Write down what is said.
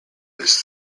his